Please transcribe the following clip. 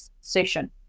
session